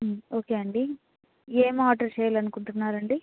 okay అండి ఏం order చేయాలనుకుంటున్నారండి